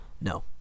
No